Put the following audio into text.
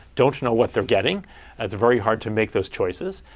don't know what they're getting it's very hard to make those choices.